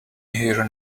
here